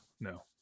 no